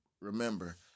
remember